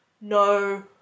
no